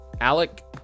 Alec